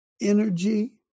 energy